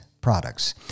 products